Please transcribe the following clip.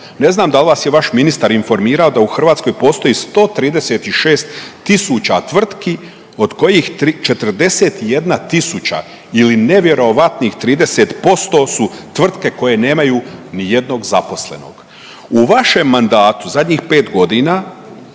Ne znam da li vas je vaš ministar informirao da u Hrvatskoj postoji 136.000 tvrtki od kojih 41.000 ili nevjerojatnih 30% su tvrtke koje nemaju ni jednog zaposlenog. U vašem mandatu zadnjih 5 godina,